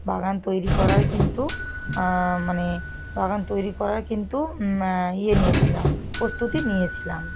বাগান তৈরি করার কিন্তু মানে বাগান তৈরি করার কিন্তু ইয়ে নিয়েছিলাম প্রস্তুতি নিয়েছিলাম